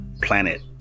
planet